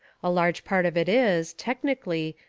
a large part of it is, technically,